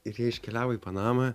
ir jie iškeliavo į panamą